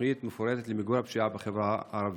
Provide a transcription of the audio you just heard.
תוכנית מפורטת למיגור הפשיעה בחברה הערבית.